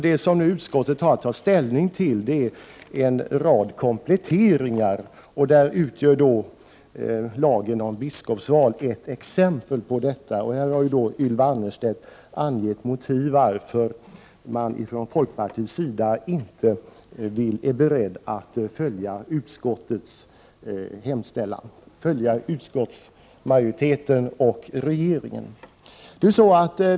Det som utskottet nu har haft att ta ställning till är en rad kompletteringar, där lagen om biskopsval utgör ett exempel på detta. Ylva Annerstedt har angett motiven till att folkpartiet inte är berett att följa utskottsmajoriteten och regeringen i denna fråga.